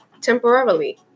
temporarily